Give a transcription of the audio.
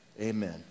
amen